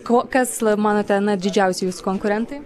ko kas manote na didžiausi jūsų konkurentai